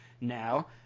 Now